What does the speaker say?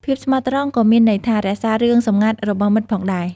ភាពស្មោះត្រង់ក៏មានន័យថា រក្សារឿងសម្ងាត់របស់មិត្តផងដែរ។